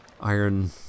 iron